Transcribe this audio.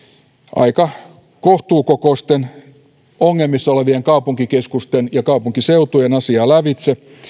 aika kohtuukokoisten ongelmissa olevien kaupunkikeskusten ja kaupunkiseutujen asiaa lävitse